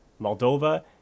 Moldova